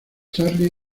charlie